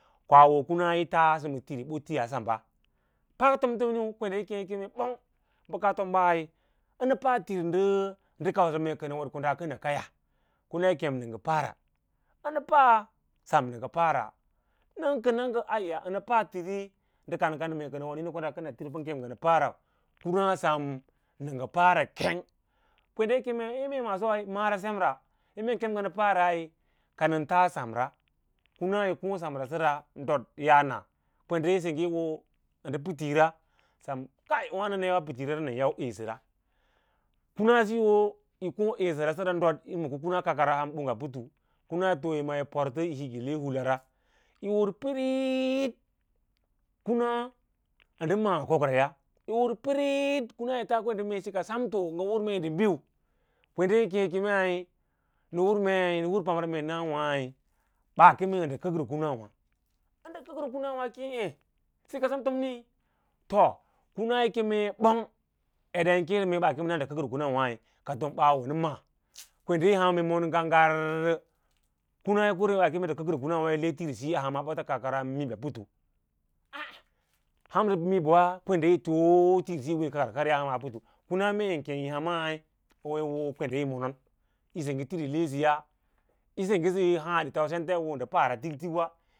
Koa ho kura yi taꞌasə ma tirí ɓoti a saɓaa pə ka tomtominiu kwende yi kem ɓong bə kaa ombai nə pa tír ndə kêěsə mee kəna wod ko da kəna tiri kaya kum yi kem nə ngə pasanənə paꞌa sam nal ngə paꞌara nən kəna ngə aiya ənə pa tiri ndə kan kan ma niĩna mee kənə woɗ ko ɗaa kənə tirí pə ngə kem ngə nə paꞌarau kuna sem nə ngə paꞌara keng kwenɗe yi kemei ye mee massoi mata sem ra mee ngə kem ngə paꞌaraí ka nən tsa samra, kuna yi koõ samra səra ɗot yaa na pə sengge yi hoo ndə pītira sam kaí wâno nə yawaa pitirara nən yau eesəra kunsiyo woyi koõ eesəra ɗot yi mu skə koɗok a putu, kuna yi hik yi le hulara yi hur piriiɗ kuna ndə maa kokraya yi hur piriiɗ kuna yi taa kwende same si ka santo ngən hur mee ndal biu, kwende yi keẽ yi kemei nə hur maí nə hr pamra mee nawâ ɓaa keme nad ə kəkro kunawa’ ən ndə kəkro kunawa’ kěě ěě si ka tomtomii to kuma yi keme ɓong eɗa yin keẽsə mei ndə kəkro kunsavana ka tom ɓaa nə ma, kwende yi men yi ham gagarrə kuma yi kurasa ɓaa kem ndə kə k ro kunawâwâ yi tirsiyi ka kar aham mib a putu, as hansə mib wa kwende yi too tirsiyi karkar ya hamaa putu, kuma men kem ki yi hamar wo yi hoo kwende yo monon yi sengga tir yi lesəya, yo senggə sə yi ho had yi fom sents yi ho ndə para tik tik wa.